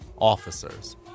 officers